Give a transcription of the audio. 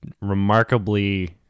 remarkably